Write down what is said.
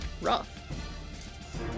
Rough